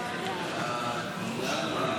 ההצעה להעביר